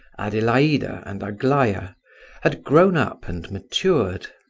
adelaida, and aglaya had grown up and matured.